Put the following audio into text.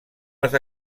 les